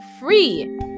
free